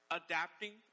adapting